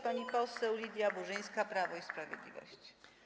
Pani poseł Lidia Burzyńska, Prawo i Sprawiedliwość.